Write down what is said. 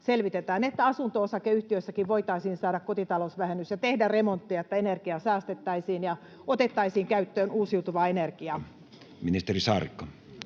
että asunto-osakeyhtiössäkin voitaisiin saada kotitalousvähennys ja voitaisiin tehdä remontteja, joilla energiaa säästettäisiin ja otettaisiin käyttöön uusiutuvaa energiaa? [Speech 77]